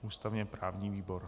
Ústavněprávní výbor.